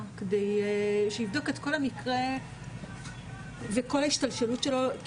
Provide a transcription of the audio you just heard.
כדי שיבדוק את כל המקרה וכל ההשתלשלות שלו.